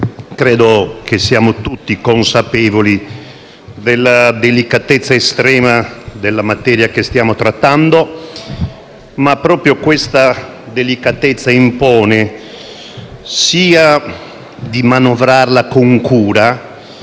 credo che siamo tutti consapevoli della delicatezza estrema della materia che stiamo trattando, ma proprio questa delicatezza impone sia di manovrarla con cura,